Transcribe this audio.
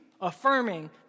affirming